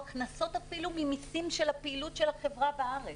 הכנסות ממסים של הפעילות של החברה בארץ.